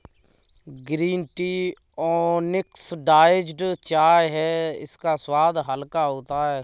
green tea unoxidised चाय है इसका स्वाद हल्का होता है